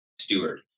steward